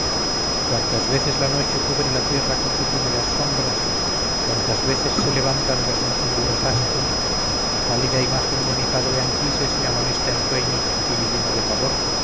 cuantas veces la noche cubre la tierra con sus húmedas sombras cuantas veces se levantan los encendidos astros la pálida imagen de mi padre anquises me amonesta en sueños y me llena de pavor